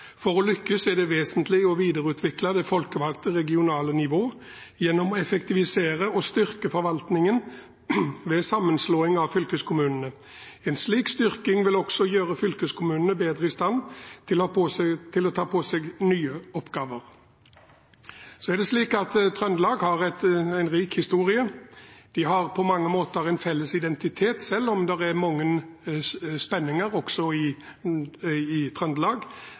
For å lykkes er det vesentlig å videreutvikle det folkevalgte, regionale nivået gjennom å effektivisere og styrke forvaltningen ved sammenslåing av fylkeskommunene. En slik styrking vil også gjøre fylkeskommunene bedre i stand til å ta på seg nye oppgaver. Det er slik at Trøndelag har en rik historie. Det er på mange måter en felles identitet der, selv om det er mange spenninger også i Trøndelag,